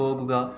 പോകുക